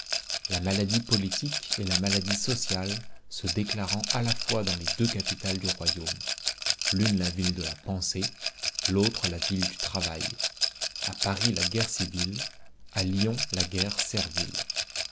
la maladie politique et la maladie sociale se déclarant à la fois dans les deux capitales du royaume l'une la ville de la pensée l'autre la ville du travail à paris la guerre civile à lyon la guerre servile